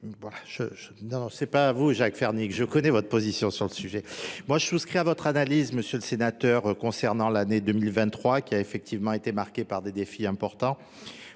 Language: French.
ici. C'est pas à vous Jacques Fernic, je connais votre position sur le sujet. Moi je souscris à votre analyse M. le Sénateur concernant l'année 2023 qui a effectivement été marquée par des défis importants.